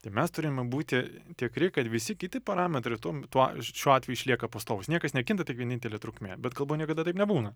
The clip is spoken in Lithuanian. tai mes turime būti tikri kad visi kiti parametrai tuom tuo šiuo atveju išlieka pastovūs niekas nekinta tik vienintelė trukmė bet kalboj niekada taip nebūna